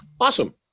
awesome